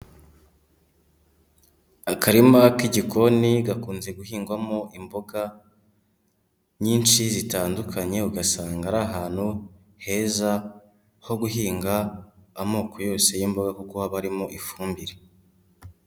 Akarima k'igikoni gakunze guhingwamo imboga nyinshi zitandukanye, ugasanga ari ahantu heza ho guhinga amoko yose y'imboga kuko haba harimo ifumbire.